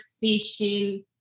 fishing